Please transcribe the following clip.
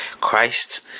christ